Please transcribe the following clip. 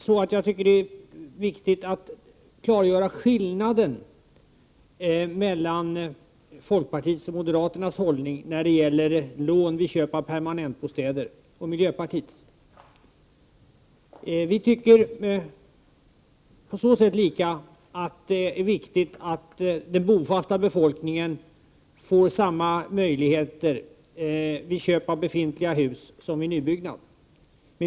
Fru talman! Jag tycker det är viktigt att klargöra skillnaden mellan å ena sidan folkpartiets och moderata samlingspartiets hållning när det gäller lån vid köp av permanentbostäder och å andra sidan miljöpartiets. Vi har samma uppfattning så långt att det är viktigt att den bofasta befolkningen får samma möjligheter vid köp av befintliga hus som vid nybyggnad.